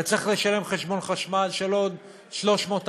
אתה צריך לשלם חשבון חשמל של עוד 300,